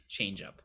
changeup